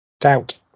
Doubt